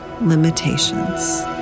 limitations